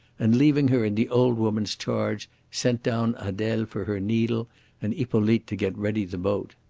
and, leaving her in the old woman's charge, sent down adele for her needle and hippolyte to get ready the boat.